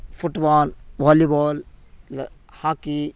football volleyball hockey